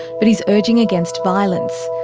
but he is urging against violence.